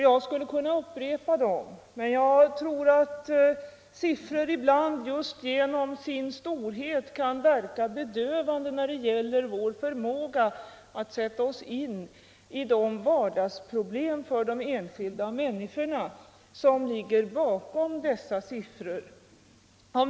Jag skulle kunna upprepa dem, men jag tror att siffror ibland just genom sin storhet kan verka bedövande på vår förmåga att sätta oss in i de vardagsproblem för de enskilda människorna som ligger bakom siffrorna.